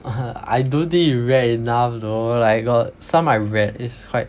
(uh huh) I don't think you read enough though like got some I read is quite